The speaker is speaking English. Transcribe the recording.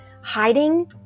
hiding